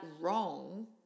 wrong